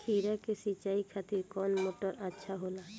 खीरा के सिचाई खातिर कौन मोटर अच्छा होला?